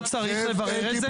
לא צריך לברר את זה.